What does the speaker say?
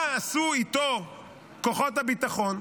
מה עשו איתו כוחות הביטחון,